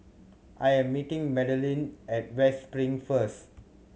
I am meeting Madelyn at West Spring first